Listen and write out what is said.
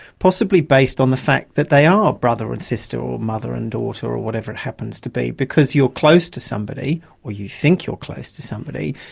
possibly based on the fact that they are brother and sister or mother and daughter or whatever it happens to be. because you're close to somebody or you think you're close to somebody,